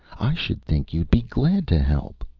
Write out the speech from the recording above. i should think you'd be glad to help.